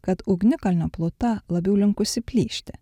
kad ugnikalnio pluta labiau linkusi plyšti